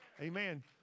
Amen